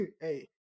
Hey